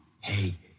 Hey